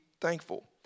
thankful